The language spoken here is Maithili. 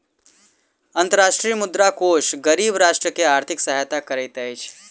अंतर्राष्ट्रीय मुद्रा कोष गरीब राष्ट्र के आर्थिक सहायता करैत अछि